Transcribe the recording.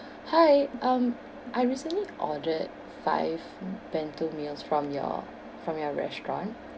hi um I recently ordered five bento meals from your from your restaurant